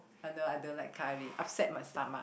although I don't like curry upset my stomach